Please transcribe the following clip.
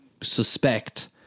Suspect